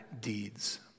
deeds